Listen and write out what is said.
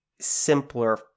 simpler